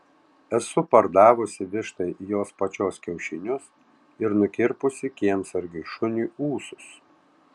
esu pardavusi vištai jos pačios kiaušinius ir nukirpusi kiemsargiui šuniui ūsus